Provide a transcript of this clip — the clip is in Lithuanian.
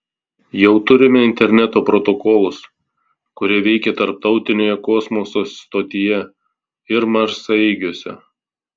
jau turime interneto protokolus kurie veikia tarptautinėje kosmoso stotyje ir marsaeigiuose